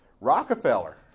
Rockefeller